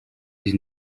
dix